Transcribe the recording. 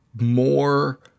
More